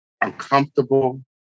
uncomfortable